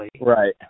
Right